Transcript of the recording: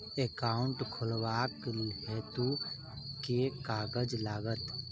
Account खोलाबक हेतु केँ कागज लागत?